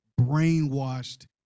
brainwashed